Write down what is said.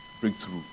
breakthrough